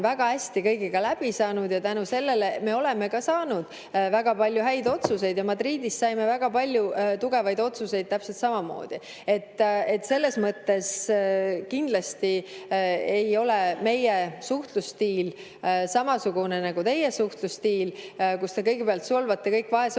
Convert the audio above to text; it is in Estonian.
väga hästi kõigiga läbi saanud ja tänu sellele me oleme ka saanud väga palju häid otsuseid. Madridis saime väga palju tugevaid otsuseid täpselt samamoodi. Nii et selles mõttes kindlasti ei ole meie suhtlusstiil samasugune nagu teie suhtlusstiil, kus te kõigepealt solvate kõik vaeseomaks